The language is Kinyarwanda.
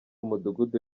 mudugudu